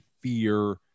fear